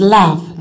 love